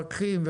מחסור, אדוני.